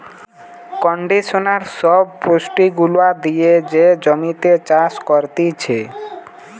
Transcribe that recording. conditioner সব পুষ্টি গুলা দিয়ে যে জমিতে চাষ করতিছে